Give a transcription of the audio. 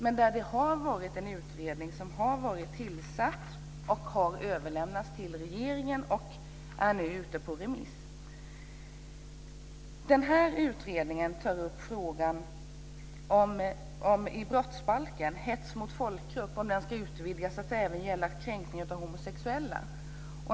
En tillsatt utredning har överlämnat sitt förslag till regeringen, och detta är nu ute på remiss. I denna utredning tas frågor upp om huruvida hets mot folkgrupp i brottsbalken ska utvidgas till att även gälla kränkningar av homosexuella.